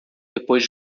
depois